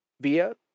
via